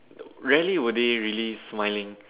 rarely were they really smiling